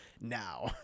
now